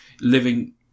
living